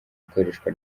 ikoreshwa